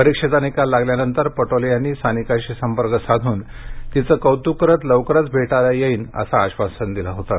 परीक्षेचा निकाल लागल्यानंतर पटोले यांनी सानिकाशी संपर्क साधून तिचं कौतुक करत लवकरच भेटायला येईन असं आश्वासन दिलं होतं